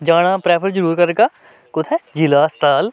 जाना प्रैफर जरूर करगा कु'त्थै जिला अस्पताल